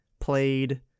played